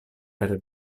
per